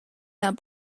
that